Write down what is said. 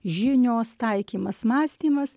žinios taikymas mąstymas